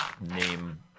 name